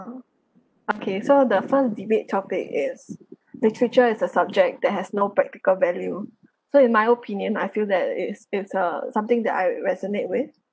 okay so the first debate topic is literature is a subject that has no practical value so in my opinion I feel that it's it's uh something that I resonate with